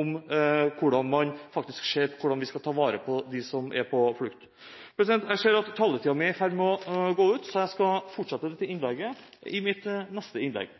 om hvordan man faktisk ser på hvordan vi skal ta vare på dem som er på flukt. Jeg ser at taletiden min er i ferd med å gå ut, så jeg fortsetter i mitt neste innlegg.